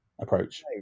Approach